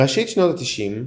בראשית שנות ה-90,